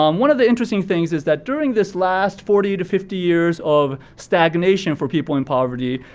um one of the interesting things is that during this last forty to fifty years of stagnation for people in poverty,